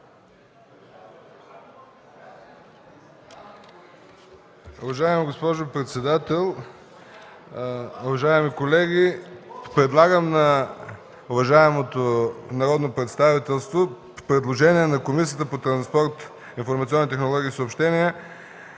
Уважаема госпожо председател, уважаеми колеги! Представям на уважаемото народно представителство предложение на Комисията по транспорт, информационни технологии и съобщения